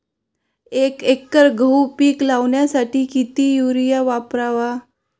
एक एकर गहू पीक लावण्यासाठी किती युरिया वापरावा?